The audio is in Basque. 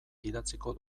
idatziko